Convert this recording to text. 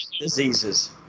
diseases